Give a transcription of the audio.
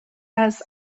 als